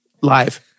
live